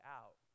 out